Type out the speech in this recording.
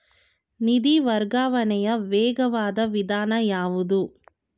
ನಿಧಿ ವರ್ಗಾವಣೆಯ ವೇಗವಾದ ವಿಧಾನ ಯಾವುದು?